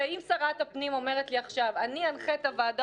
אם שרת הפנים אומרת לי עכשיו: אני אנחה את הוועדה